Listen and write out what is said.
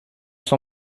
son